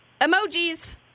emojis